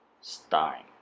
Stein